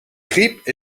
griep